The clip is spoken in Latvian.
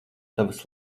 tavas